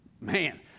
Man